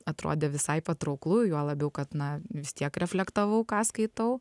atrodė visai patrauklu juo labiau kad na vis tiek reflektavau ką skaitau